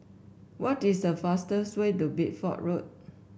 what is the fastest way to Bideford Road